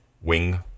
wing